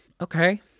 okay